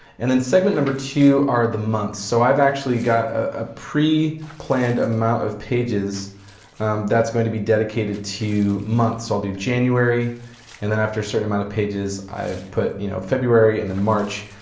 and then segment number two are the months, so i've actually got a pre-planned amount of pages that's going to be dedicated to months. so i'll do january and then after a certain amount of pages i've put you know february and then march,